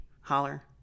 holler